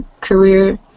career